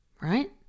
right